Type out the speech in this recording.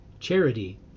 Charity